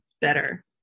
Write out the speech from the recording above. better